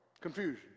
Confusion